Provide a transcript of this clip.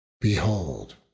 behold